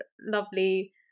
lovely